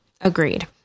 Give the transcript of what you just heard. Agreed